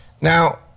Now